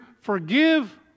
forgive